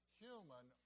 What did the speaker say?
human